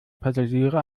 passagiere